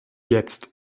jetzt